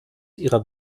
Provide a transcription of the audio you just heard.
ihrer